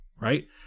right